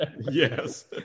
Yes